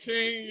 King